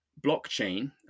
blockchain